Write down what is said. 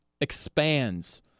expands